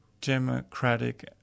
democratic